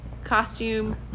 costume